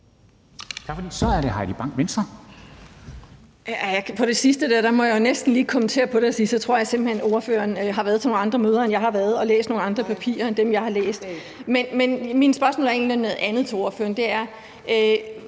Så er det Heidi Bank, Venstre. Kl. 10:51 Heidi Bank (V): Jeg må næsten lige kommentere på det sidste og sige, at jeg tror simpelt hen, at ordføreren har været til nogle andre møder, end jeg har været til, og læst nogle andre papirer end dem, jeg har læst. Men mine spørgsmål til ordføreren drejer